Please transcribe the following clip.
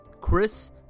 Chris